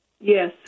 Yes